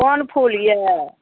कोन फूल अइ